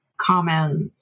Comments